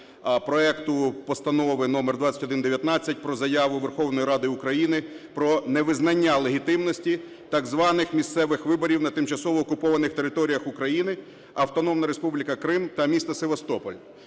надійшла Постанова про заяву Верховної Ради України про невизнання легітимності так званих місцевих виборів на тимчасово окупованій території України – Автономна Республіка Крим та місто Севастополь.